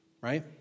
right